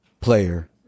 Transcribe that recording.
player